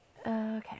Okay